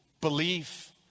belief